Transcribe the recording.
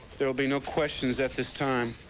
there will be no questions athis time.